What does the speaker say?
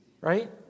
right